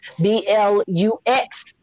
B-L-U-X